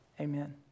amen